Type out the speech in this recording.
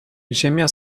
ziemia